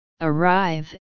arrive